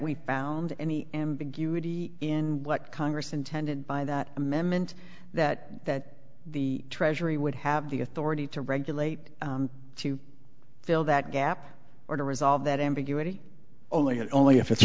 we found any ambiguity in what congress intended by that amendment that that the treasury would have the authority to regulate to fill that gap or to resolve that ambiguity only and only if it's